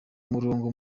umurongo